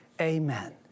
Amen